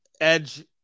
Edge